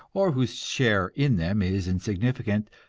or whose share in them is insignificant,